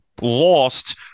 lost